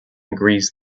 agrees